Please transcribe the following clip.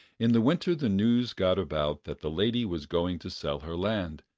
in the winter the news got about that the lady was going to sell her land,